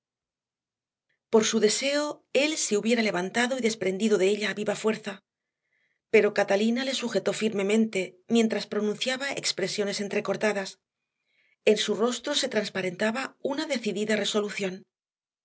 por su deseo él se hubiera levantado y desprendido de ella a viva fuerza pero catalina le sujetó firmemente mientras pronunciaba expresiones entrecortadas en su rostro se transparentaba una decidida resolución